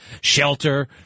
shelter